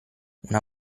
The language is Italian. una